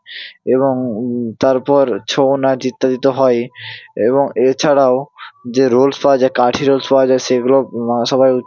এবং তারপর ছৌ নাচ ইত্যাদি তো হয়ই এবং এছাড়াও যে রোলস পাওয়া যায় কাঠি রোলস পাওয়া যায় সেইগুলো নানা সবাই